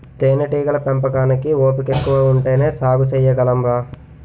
తేనేటీగల పెంపకానికి ఓపికెక్కువ ఉంటేనే సాగు సెయ్యగలంరా